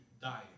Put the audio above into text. die